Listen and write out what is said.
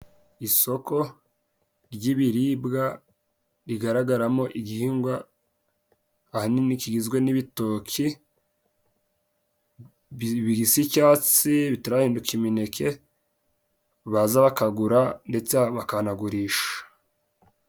Isoko ry'ibiribwa rigaragaramo igihingwa ahanini kigizwe n'ibitoki bigisa icyatsi bitarahinduka imineke, baza bakagura ndetse bakanagurisha.